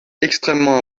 extrêmement